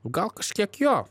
gal kažkiek jo